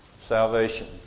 salvation